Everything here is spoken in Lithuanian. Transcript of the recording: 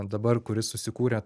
dabar kuris susikūrė